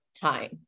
time